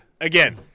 again